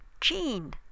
gene